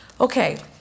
Okay